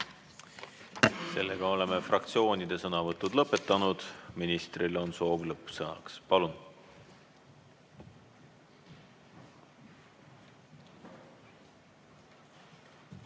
Sellega oleme fraktsioonide sõnavõtud lõpetanud. Ministril on soov lõppsõnaks. Palun!